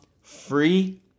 free